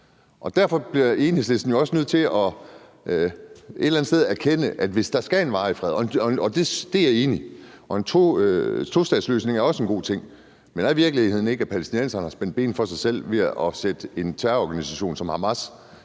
derfor bliver Enhedslisten jo også nødt til et eller andet sted at erkende noget, hvis der skal være en varig fred – og det er jeg enig i at der skal, og en tostatsløsning er også en god ting. Men er virkeligheden ikke, at palæstinenserne har spændt ben for sig selv ved at sætte en terrororganisation som Hamas